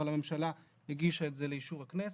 אבל הממשלה הגישה את זה לאישור הכנסת,